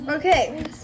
Okay